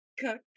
Cook